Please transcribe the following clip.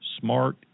smart